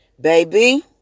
Baby